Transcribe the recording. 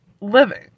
living